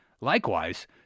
Likewise